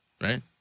right